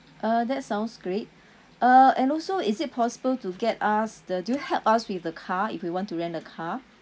uh that sounds great uh and also is it possible to get us the do you help us with the car if we want to rent a car